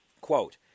quote